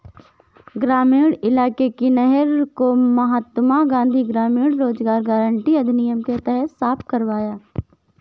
ग्रामीण इलाके की नहर को महात्मा गांधी ग्रामीण रोजगार गारंटी अधिनियम के तहत साफ करवाया